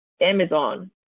Amazon